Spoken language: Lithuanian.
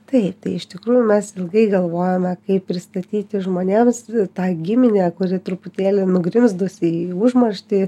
taip tai iš tikrųjų mes ilgai galvojome kaip pristatyti žmonėms tą giminę kuri truputėlį nugrimzdusi į užmarštį